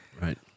Right